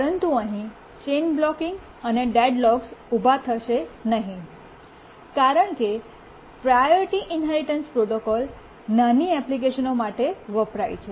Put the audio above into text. પરંતુ અહીં chain blocking અને ડેડલોક્સ ઉભા થશે નહીં કારણ કે પ્રાયોરિટી ઇન્હેરિટન્સ પ્રોટોકોલ નાની એપ્લિકેશનો માટે વપરાય છે